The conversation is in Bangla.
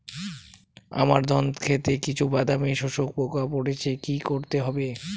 আমার ধন খেতে কিছু বাদামী শোষক পোকা পড়েছে কি করতে হবে?